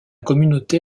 communauté